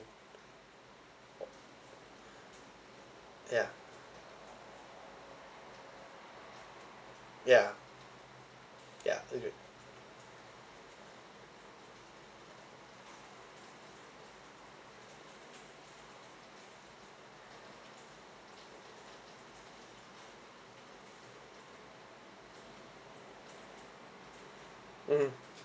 ya ya ya agreed mmhmm